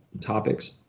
topics